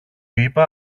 είπα